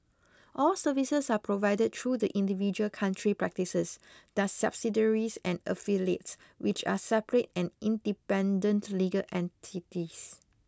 all services are provided through the individual country practices their subsidiaries and affiliates which are separate and independent legal entities